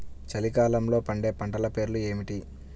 చలికాలంలో పండే పంటల పేర్లు ఏమిటీ?